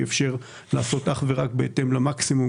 אפשר להרחיב לגבי תכנית מספר 3?